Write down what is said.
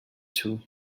too